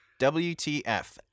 WTF